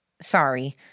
Sorry